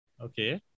Okay